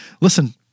Listen